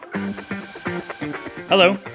Hello